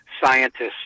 scientists